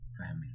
family